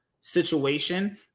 situation